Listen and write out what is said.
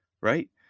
right